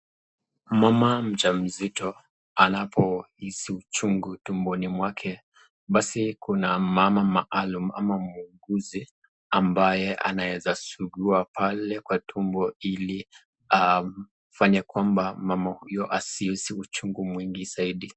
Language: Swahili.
Mama mja mzito anapo hisi uchungu tumboni mwake, basi Kuna mama maalum ama muuguzi ambaye anaweza zugua pale kwa tumboni Ili afanye kwamba mama huyo asi hisi uchungu mwingi zaidi.